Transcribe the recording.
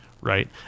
right